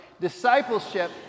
Discipleship